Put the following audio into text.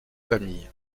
famille